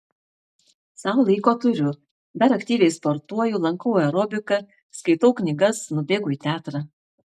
sau laiko turiu dar aktyviai sportuoju lankau aerobiką skaitau knygas nubėgu į teatrą